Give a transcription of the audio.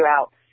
out